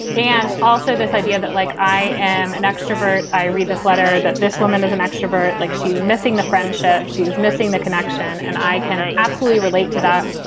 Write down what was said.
and also this idea that, like i am an extrovert, i read this letter that this woman is an extrovert. like she's missing the friendship. she is missing the connection. and i can absolutely relate to that,